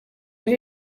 rero